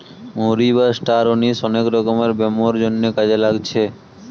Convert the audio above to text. মৌরি বা star anise অনেক রকমের ব্যামোর জন্যে কাজে লাগছে